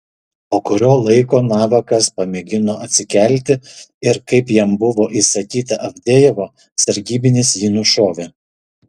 po kurio laiko navakas pamėgino atsikelti ir kaip jam buvo įsakyta avdejevo sargybinis jį nušovė